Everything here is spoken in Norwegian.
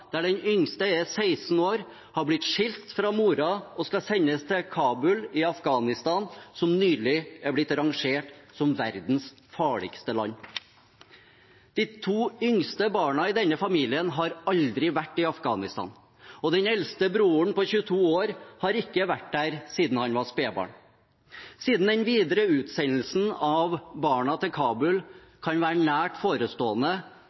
der den yngste er 16 år, har blitt skilt fra moren og skal sendes til Kabul i Afghanistan, som nylig er blitt rangert som verdens farligste land. De to yngste barna i denne familien har aldri vært i Afghanistan, og den eldste broren på 22 år har ikke vært der siden han var spedbarn. Siden den videre utsendelsen av barna til Kabul kan være nært forestående,